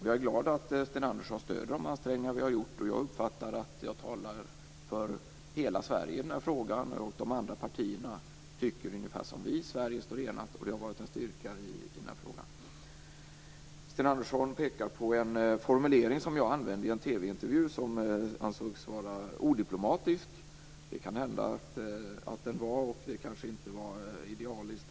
Jag är glad att Sten Andersson stöder de ansträngningar som vi har gjort, och jag uppfattar att jag talar för hela Sverige i den här frågan. De andra partierna tycker ungefär som vi. Sverige står enat, vilket varit en styrka, i den här frågan. Sten Andersson pekar på en formulering som jag använt i en TV-intervju och som ansågs vara odiplomatisk. Det kan hända att den var det. Den var kanske inte idealisk.